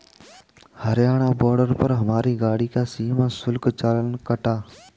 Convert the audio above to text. Haryana border पर हमारी गाड़ी का सीमा शुल्क चालान कटा